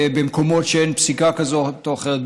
במקומות שאין פסיקה כזאת או אחרת,